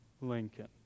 Lincoln